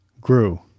grew